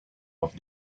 off